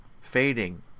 fading